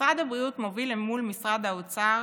משרד הבריאות מוביל אל מול משרד האוצר